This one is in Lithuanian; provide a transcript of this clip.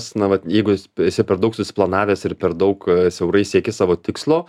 s na vat jeigu es esi per daug susiplanavęs ir per daug siaurai sieki savo tikslo